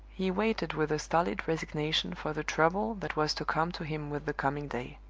he waited with a stolid resignation for the trouble that was to come to him with the coming day.